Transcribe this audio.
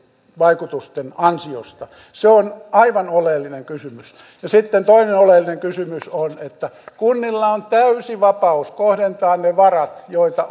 vaikutusten ansiosta se on aivan oleellinen kysymys ja sitten toinen oleellinen kysymys on että kunnilla on täysi vapaus kohdentaa ne varat joita